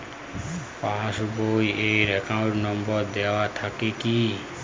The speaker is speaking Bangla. পাস বই এ অ্যাকাউন্ট নম্বর দেওয়া থাকে কি?